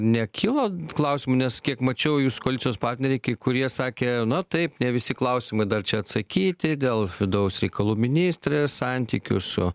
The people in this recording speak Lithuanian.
nekilo klausimų nes kiek mačiau jūsų koalicijos partneriai kai kurie sakė na taip ne visi klausimai dar čia atsakyti dėl vidaus reikalų ministrės santykių su